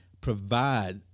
provide